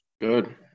Good